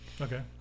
okay